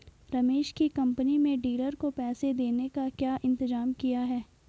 रमेश की कंपनी में डीलर को पैसा देने का क्या इंतजाम किया है?